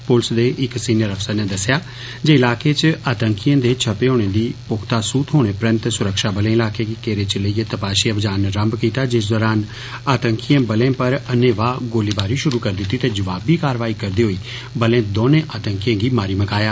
police दे इक्क senior अफसर नै दस्सेया जे ईलाके च आतंकियें दे छप्पे दे होने दी पुख्ता सूह थ्होने पर्रैंत सुरक्षाबलें इलाके गी घेरे च लेइयै तपाषी अभियान रम्भ कीता जिस दौरान आतंकियें बलें पर अन्नेवाह गोलीबारी षुरू करी दित्ती ते जवाबी कारवाई करदे होई बलें दौने आतंकियें गी मारी मकाया